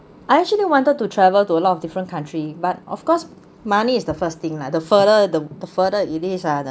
I actually wanted to travel to a lot of different country but of course money is the first thing lah the further the the further it is ah the